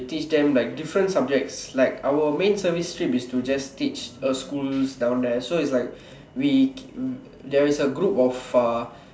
we teach them like different subjects like our main service trip is to just teach uh schools down there so is like we there is a group of a